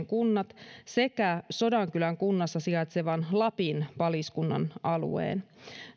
kunnat sekä sodankylän kunnassa sijaitsevan lapin paliskunnan alueen